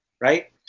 right